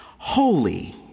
Holy